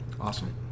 awesome